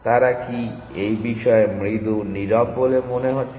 তারা কি এই বিষয়ে মৃদু নীরব বলে মনে হচ্ছে